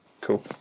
cool